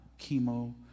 chemo